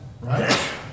Right